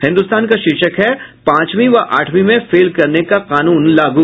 हिन्दुस्तान का शीर्षक है पाचवीं व आठवीं में फेल करने का कानून लागू